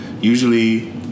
Usually